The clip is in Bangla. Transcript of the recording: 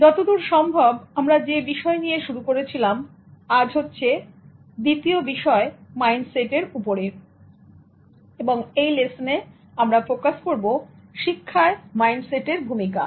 যতদূর সম্ভব আমরা যে বিষয় নিয়ে শুরু করেছিলাম আজ হচ্ছে দ্বিতীয় বিষয় মাইন্ডসেট এর উপরে এবং এই লেসনে আমরা ফোকাস করব শিক্ষায় মাইন্ডসেটের ভূমিকা